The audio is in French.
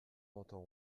entend